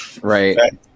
Right